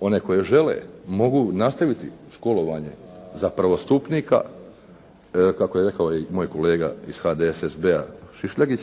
one koje žele mogu nastaviti školovanje za prvostupnika kako je rekao i moj kolega iz HDSSB-a Šišljagić,